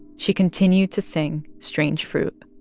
she continued to sing strange fruit.